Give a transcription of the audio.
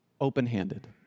open-handed